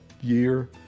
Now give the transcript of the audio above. year